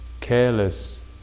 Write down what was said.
careless